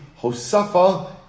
Hosafa